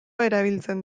erabiltzen